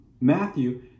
matthew